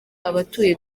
abatuye